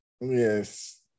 yes